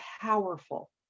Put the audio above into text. powerful